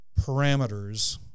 parameters